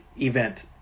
event